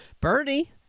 Bernie